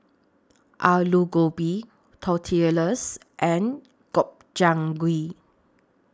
Alu Gobi Tortillas and Gobchang Gui